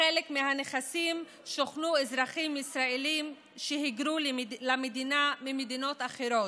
בחלק מהנכסים שוכנו אזרחים ישראלים שהיגרו למדינה ממדינות אחרות,